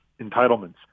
entitlements